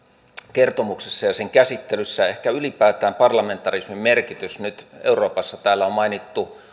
kertomuksessa ja sen käsittelyssä ja ehkä ylipäätään parlamentarismin merkitykseen nyt euroopassa täällä on mainittu